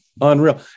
Unreal